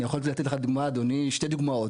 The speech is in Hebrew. אני יכול לתת לך שתי דוגמאות.